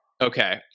Okay